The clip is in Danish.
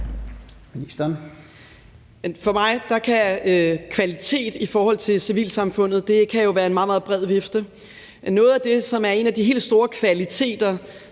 For mig kan kvalitet i forhold til civilsamfundet jo være en meget, meget bred vifte. Noget af det, som er en af de helt store kvaliteter